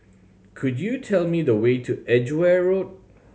could you tell me the way to Edgeware Road